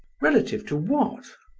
relative to what?